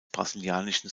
brasilianischen